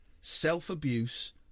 self-abuse